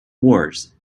wars